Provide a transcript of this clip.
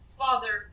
father